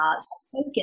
spoken